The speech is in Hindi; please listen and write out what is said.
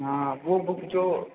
हाँ वह बुक जो